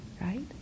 right